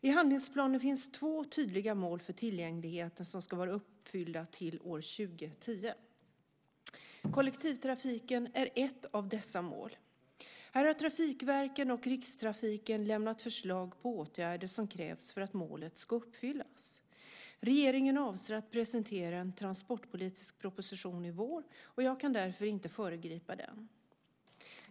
I handlingsplanen finns två tydliga mål för tillgängligheten som ska vara uppfyllda till år 2010. Kollektivtrafiken är ett av dessa mål. Här har trafikverken och Rikstrafiken lämnat förslag på åtgärder som krävs för att målet ska uppfyllas. Regeringen avser att presentera en transportpolitisk proposition i vår, och jag kan därför inte föregripa den.